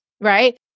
right